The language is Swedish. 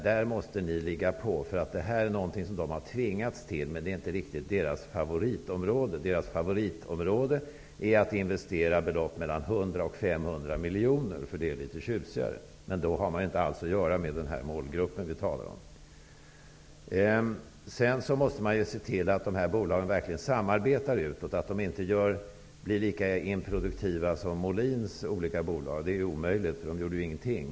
Ni måste ligga på, därför att det här är någonting som man tvingats till, men det är inte riktigt ett favoritområde. Favoritområdet är att investera belopp på 100--500 miljoner, för det blir litet tjusigare. Men då har man inte alls att göra med den målgrupp som vi talar om. Vidare måste man se till att de här bolagen verkligen samarbetar utåt, att de inte blir lika improduktiva som Rune Molins olika bolag. Det vore i och för sig en omöjlighet, för de senare gjorde ingenting.